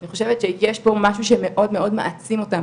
אני חושבת שיש בו משהו שמאוד מאוד מעצים אותן,